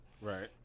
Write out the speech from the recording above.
right